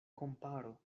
komparo